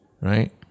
Right